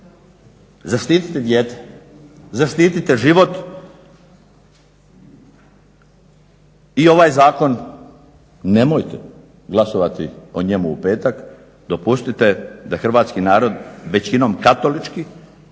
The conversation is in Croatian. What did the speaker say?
Zaštitite dijete, zaštitite život i ovaj zakon nemojte glasovati o njemu u petak, dopustite da hrvatski narod većinom katolički,